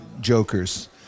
jokers